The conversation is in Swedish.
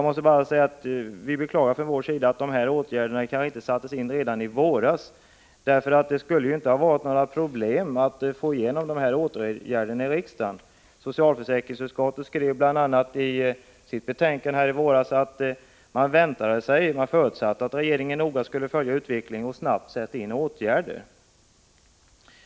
Från vår sida beklagar vi att dessa åtgärder inte sattes in redan i våras. Det hade ju inte varit några problem att få igenom sådana förslag här i riksdagen. Socialförsäkringsutskottet skrev i sitt betänkande i våras bl.a. att man förutsatte att regeringen noga skulle följa utvecklingen och snabbt sätta in åtgärder.